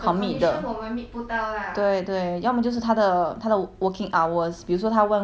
对对要不就是他的他的 working hours 比如说他 one week 需要 work five days 你知道吗